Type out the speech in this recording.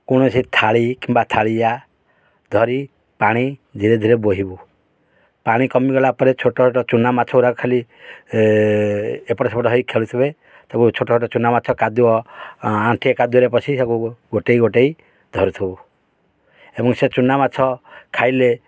କୌଣସି ଥାଳି କିମ୍ବା ଥାଳିଆ ଧରି ପାଣି ଧୀରେ ଧୀରେ ବୋହିବୁ ପାଣି କମିଗଲା ପରେ ଛୋଟ ଛୋଟ ଚୁନା ମାଛ ଗୁଡ଼ା ଖାଲି ଏପଟ ସେପଟ ହୋଇ ଖେଳୁଥିବେ ତାକୁ ଛୋଟ ଛୋଟ ଚୁନାମାଛ କାଦୁଅ ଆଣ୍ଠିଏ କାଦୁଅରେ ପଶି ଗୋଟେଇ ଗୋଟେଇ ଧରୁଥିବୁ ଏବଂ ସେ ଚୁନାମାଛ ଖାଇଲେ